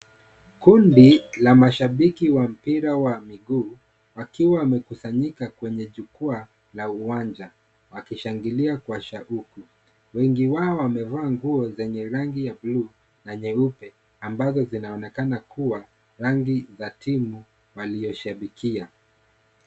Kundi la mashabiki wa mpira wa miguu. Wakiwa wamekusanyika kwenye jukwaa la uwanja wakishangilia kwa shauku. Wengi wao wamevaa nguo zenye rangi ya bluu na nyeupe, ambazo zinaonekana kuwa rangi za timu aliyeshabikia.